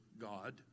God